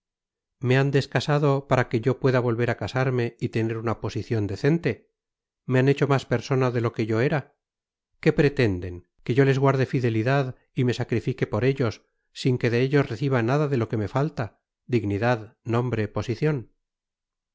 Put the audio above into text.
me han descasado para que yo pueda volver a casarme y tener una posición decente me han hecho más persona de lo que yo era qué pretenden que yo les guarde fidelidad y me sacrifique por ellos sin que de ellos reciba nada de lo que me falta dignidad nombre posición